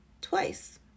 twice